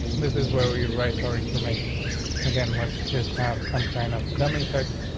this is where you write our information again. let's just have some kind of dummy text.